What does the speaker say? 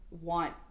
want